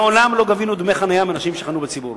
מעולם לא גבינו דמי חנייה מאנשים שחנו ברחובות.